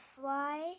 fly